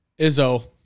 Izzo